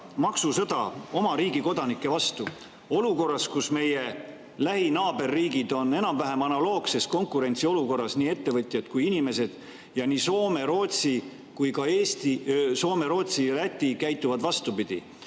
maksusõda oma riigi kodanike vastu olukorras, kus meie lähimad naaberriigid on enam-vähem analoogses konkurentsiolukorras, nii ettevõtjad kui ka inimesed, ja Soome, Rootsi ja Läti käituvad vastupidi,